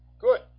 Good